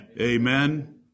Amen